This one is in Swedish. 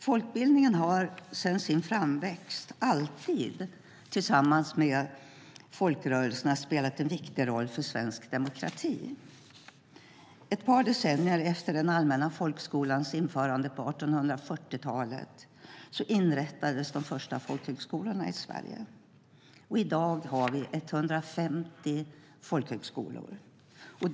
Folkbildningen har sedan sin framväxt, alltid tillsammans med folkrörelserna, spelat en viktig roll för svensk demokrati. Ett par decennier efter den allmänna folkskolans införande på 1840-talet inrättades de första folkhögskolorna i Sverige, och i dag finns 150 folkhögskolor i landet.